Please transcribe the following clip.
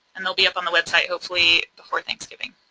and they'll be up on the website hopefully before thanksgiving.